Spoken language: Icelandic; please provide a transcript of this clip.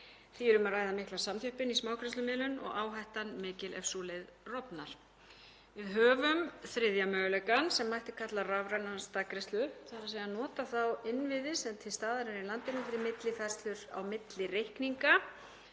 Því er um að ræða mikla samþjöppun í smágreiðslumiðlun og áhættan mikil ef sú leið rofnar. Við höfum þriðja möguleikann sem mætti kalla rafræna staðgreiðslu, þ.e. að nota þá innviði sem til staðar er í landinu fyrir millifærslur á milli reikninga,